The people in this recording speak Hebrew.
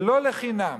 ולא לחינם